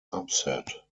upset